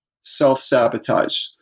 self-sabotage